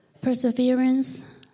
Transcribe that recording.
perseverance